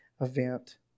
event